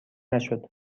نشد